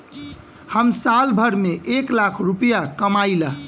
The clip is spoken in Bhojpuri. हम साल भर में एक लाख रूपया कमाई ला